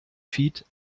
feed